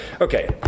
Okay